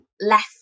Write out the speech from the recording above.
left